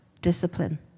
discipline